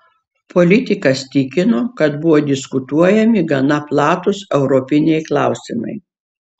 politikas tikino kad buvo diskutuojami gana platūs europiniai klausimai